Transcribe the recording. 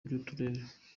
by’uturere